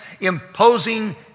imposing